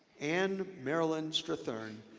ann marilyn strathern,